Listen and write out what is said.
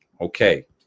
Okay